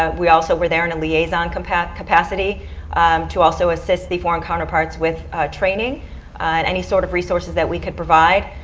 ah we also were there in a liaison capacity capacity to also assist the foreign counter parts with training and any sort of resources we could provide.